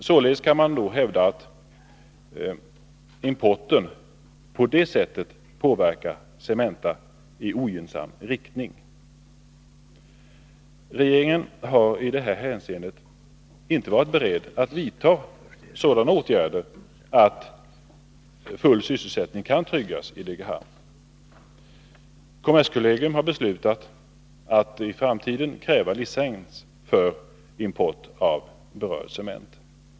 Man kan således hävda att importen på det sättet påverkat Cementa i ogynnsam riktning. Regeringen har i detta hänseende inte varit beredd att vidta sådana åtgärder att full sysselsättning kan tryggas i Degerhamn. Kommerskollegium har beslutat att i framtiden kräva licens för här berörd import av cement.